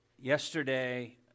Yesterday